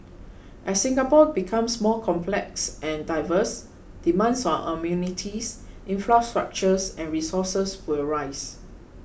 as Singapore becomes more complex and diverse demands on amenities infrastructure and resources will rise